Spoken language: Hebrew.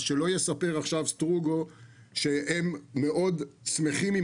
אז שסטרוגו לא יספר עכשיו שהם מאוד שמחים עם